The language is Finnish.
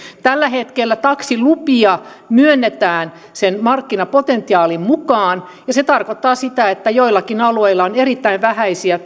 tällä hetkellä taksilupia myönnetään sen markkinapotentiaalin mukaan ja se tarkoittaa sitä että joillakin alueilla on erittäin vähäisiä